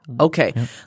Okay